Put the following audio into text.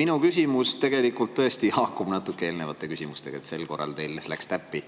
Minu küsimus tõesti haakub natuke eelnevate küsimustega. Sel korral teil läks täppi!